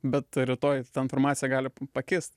bet rytoj ta informacija gali pakist